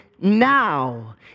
now